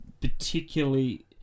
particularly